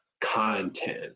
content